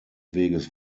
weges